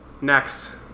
Next